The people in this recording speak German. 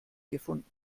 gefunden